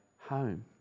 home